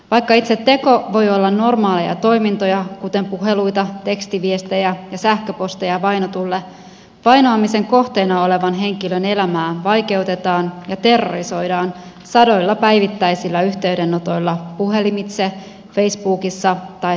vaikka itse teko voi olla normaaleja toimintoja kuten puheluita tekstiviestejä ja sähköposteja vainotulle vainoamisen kohteena olevan henkilön elämää vaikeutetaan ja terrorisoidaan sadoilla päivittäisillä yhteydenotoilla puhelimitse facebookissa tai sähköpostitse